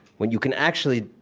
when you can actually,